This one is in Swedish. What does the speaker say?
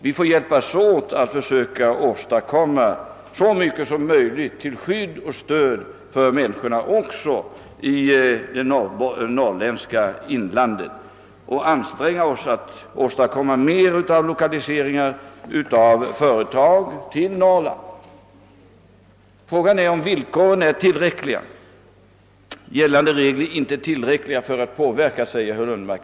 Vi måste hjälpas åt att försöka åstadkomma så stora insatser som möjligt till skydd och stöd för människorna också i det norrländska inlandet, och vi måste anstränga oss för att få till stånd flera lokaliseringar av företag till Norrland. Frågan är då, om villkoren är tillräckligt lockande. Herr Lundmark anser att gällande regler inte är tillräckliga för att påverka företagen.